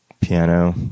piano